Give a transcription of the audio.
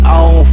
on